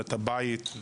את הבית,